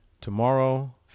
tomorrow